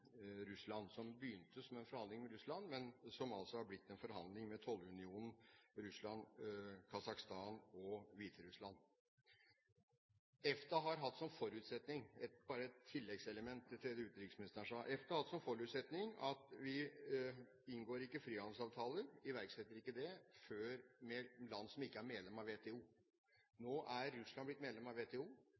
Russland, som begynte som en forhandling med Russland, men som har blitt en forhandling med tollunionen Russland, Kasakhstan og Hviterussland. Bare et tilleggselement til det utenriksministeren sa: EFTA har hatt som forutsetning at vi ikke inngår frihandelsavtaler – iverksetter dem ikke – med land som ikke er medlem av WTO. Nå er Russland blitt medlem av WTO.